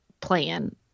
Plan